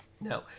No